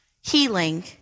healing